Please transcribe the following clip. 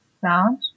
sound